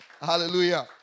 Hallelujah